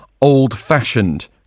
old-fashioned